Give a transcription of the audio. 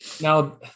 Now